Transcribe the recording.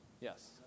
Yes